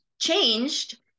changed